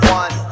one